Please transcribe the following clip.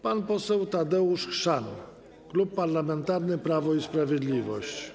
Pan poseł Tadeusz Chrzan, Klub Parlamentarny Prawo i Sprawiedliwość.